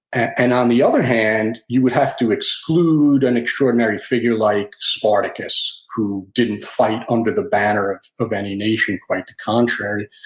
and on the other hand, you would have to exclude an extraordinary figure like spartacus, who didn't fight under the banner of of any nation, quite the contrary.